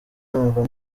numva